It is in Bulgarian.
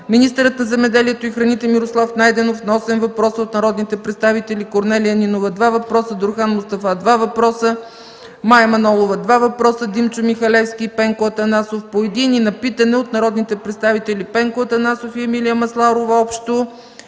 министърът на земеделието и храните Мирослав Найденов – на 8 въпроса от народните представители Корнелия Нинова –2 въпроса, Дурхан Мустафа – 2 въпроса, Мая Манолова – 2 въпроса, Димчо Михалевски, и Пенко Атанасов – по един, и на питане от народните представители Пенко Атанасов и Емилия Масларова – общо,